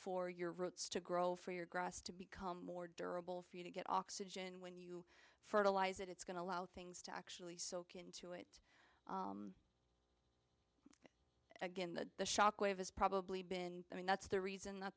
for your roots to grow for your grass to become more durable for you to get oxygen when you fertilize it it's going to allow things to actually soak into again the the shockwave has probably been i mean that's the reason that